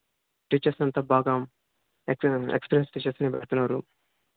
teachers అంతా బాగా exam ex excellent టీచర్స్ను పెడుతున్నారు